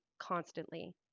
constantly